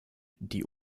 die